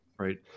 Right